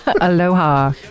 Aloha